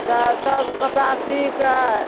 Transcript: तए सब कपड़ा सी कऽ